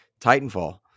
titanfall